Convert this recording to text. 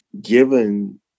given